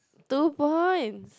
two points